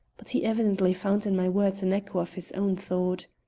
but he evidently found in my words an echo of his own thought.